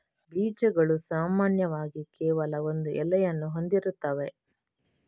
ಬೀಜಗಳು ಸಾಮಾನ್ಯವಾಗಿ ಕೇವಲ ಒಂದು ಎಲೆಯನ್ನು ಹೊಂದಿರುತ್ತವೆ